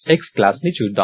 X class ని చూద్దాం